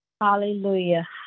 Hallelujah